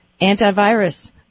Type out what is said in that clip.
antivirus